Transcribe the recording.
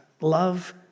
love